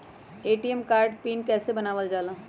ATM card के PIN कैसे बनावल जाला?